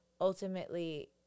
ultimately